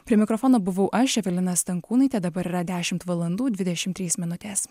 prie mikrofono buvau aš evelina stankūnaitė dabar yra dešimt valandų dvidešimt trys minutės